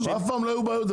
אף פעם לא היו בעיות,